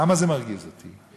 למה זה מרגיז אותי?